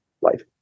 life